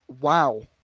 wow